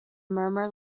murmur